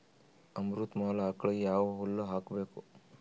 ಅಮೃತ ಮಹಲ್ ಆಕಳಗ ಯಾವ ಹುಲ್ಲು ಹಾಕಬೇಕು?